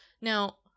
Now